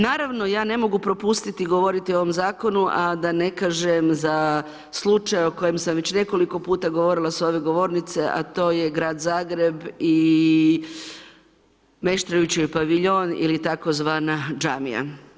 Naravno ja ne mogu propustiti govoriti o ovom zakonu a da ne kažem za slučaj o kojem sam već nekoliko puta govorila sa ove govornice a to je grad Zagreb i Meštrovićev paviljon ili tzv. džamija.